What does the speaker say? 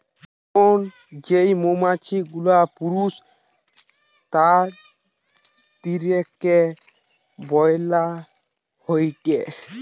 drone যেই মৌমাছি গুলা পুরুষ তাদিরকে বইলা হয়টে